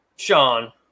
sean